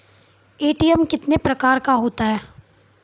ATM कितने प्रकार का होता हैं?